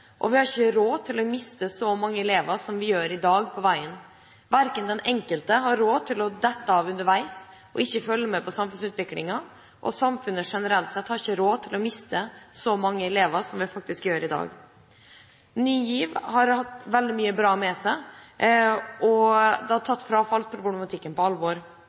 og vi har ikke råd til å miste så mange elever på veien som vi gjør i dag. Den enkelte har ikke råd til å falle av underveis og ikke følge med på samfunnsutviklingen, og samfunnet generelt har ikke råd til å miste så mange elever som vi faktisk gjør i dag. Ny GIV har hatt veldig mye bra med seg, og det har tatt frafallsproblematikken på alvor.